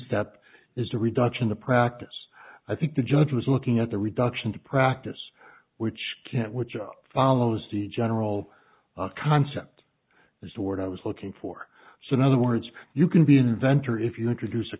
step is the reduction to practice i think the judge was looking at the reduction to practice which can't which follows the general concept that's the word i was looking for so in other words you can be an inventor if you introduce a